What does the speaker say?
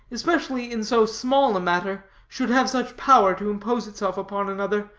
especially in so small a matter, should have such power to impose itself upon another,